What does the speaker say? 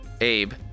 Abe